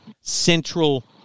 central